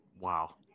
Wow